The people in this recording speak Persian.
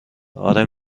آره